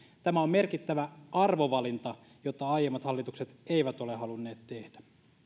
tämä on merkittävä arvovalinta jota aiemmat hallitukset eivät ole halunneet tehdä